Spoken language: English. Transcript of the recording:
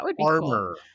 armor